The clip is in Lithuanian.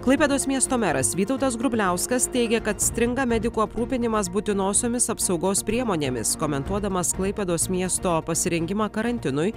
klaipėdos miesto meras vytautas grubliauskas teigė kad stringa medikų aprūpinimas būtinosiomis apsaugos priemonėmis komentuodamas klaipėdos miesto pasirengimą karantinui